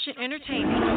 entertainment